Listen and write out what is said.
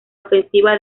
ofensiva